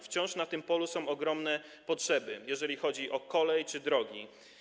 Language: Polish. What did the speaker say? Wciąż na tym polu są ogromne potrzeby, jeżeli chodzi o kolej czy drogi.